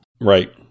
Right